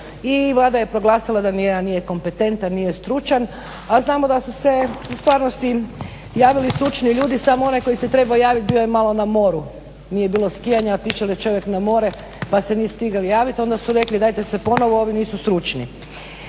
i Vlada je proglasila da nijedan nije kompetentan, nije stručan, a znamo da su se u stvarnosti javili stručni ljudi, samo onaj koji se trebao javiti bio je malo na moru, nije bilo skijanja, otišel je čovjek na more pa se nije stigel javiti, onda su rekli dajte se ponovo ovi nisu stručni.